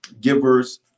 givers